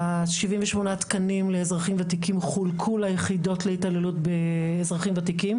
השבעים ושמונה שקלים לאזרחים ותיקים חולקו ליחידות לאזרחים ותיקים.